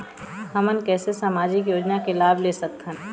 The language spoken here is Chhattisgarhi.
हमन कैसे सामाजिक योजना के लाभ ले सकथन?